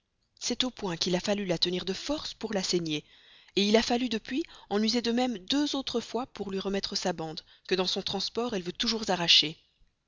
c'est au point qu'il a fallu la tenir de force pour la saigner il a fallu depuis en user de même deux autres fois pour lui remettre sa bande que dans son transport elle veut toujours arracher